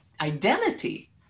identity